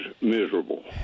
miserable